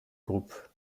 groupe